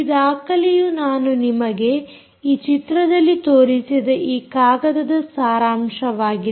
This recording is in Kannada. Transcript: ಈ ದಾಖಲೆಯು ನಾನು ನಿಮಗೆ ಈ ಚಿತ್ರದಲ್ಲಿ ತೋರಿಸಿದ ಈ ಕಾಗದದ ಸಾರಾಂಶವಾಗಿದೆ